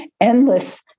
endless